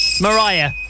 Mariah